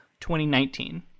2019